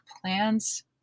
plans